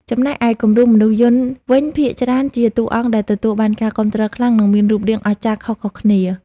ចំណែកឯគំរូមនុស្សយន្តវិញភាគច្រើនជាតួអង្គដែលទទួលបានការគាំទ្រខ្លាំង និងមានរូបរាងអស្ចារ្យខុសៗគ្នា។